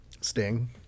Sting